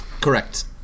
Correct